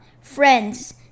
friends